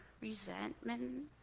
resentment